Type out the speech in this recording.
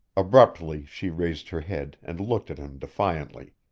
abruptly she raised her head and looked at him defiantly.